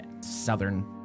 southern